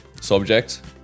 subject